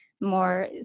more